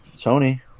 Tony